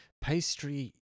Pastry